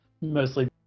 Mostly